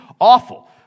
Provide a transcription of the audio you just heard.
awful